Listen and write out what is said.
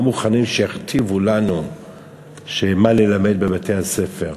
מוכנים שיכתיבו לנו מה ללמד בבתי-הספר.